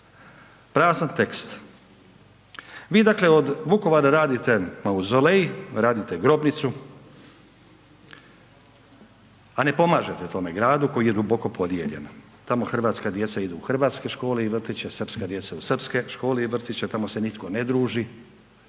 prazan tekst. Vi dakle od Vukovara radite mauzolej, radite grobnicu, a ne pomažete tome gradu koji je duboko podijeljen. Tamo hrvatska djeca idu u hrvatske škole i vrtiće, srpska djeca u srpske škole i vrtiće, tamo se nitko ne druži,